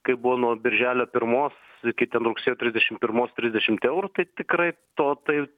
kai buvo nuo birželio pirmos iki ten rugsėjo trisdešimt pirmos trisdešimt eurų tai tikrai to tai